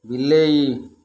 ବିଲେଇ